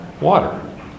Water